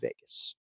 Vegas